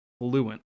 fluent